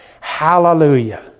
Hallelujah